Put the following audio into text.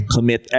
Commit